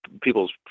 people's